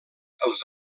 els